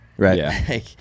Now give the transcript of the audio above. Right